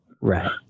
Right